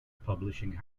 publishing